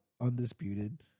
Undisputed